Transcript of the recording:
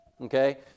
okay